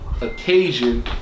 occasion